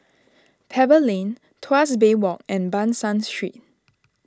Pebble Lane Tuas Bay Walk and Ban San Street